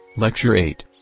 lecture eight.